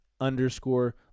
underscore